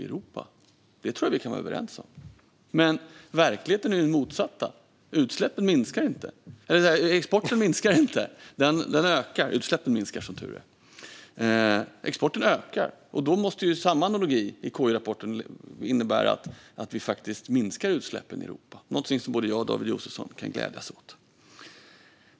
Detta tror jag att vi kan vara överens om, men verkligheten är den motsatta: Exporten minskar inte, utan den ökar. Då måste ju samma analogi i KI-rapporten innebära att vi minskar utsläppen i Europa, något som både jag och David Josefsson kan glädjas åt.